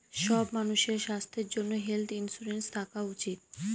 সব মানুষের স্বাস্থ্যর জন্য হেলথ ইন্সুরেন্স থাকা উচিত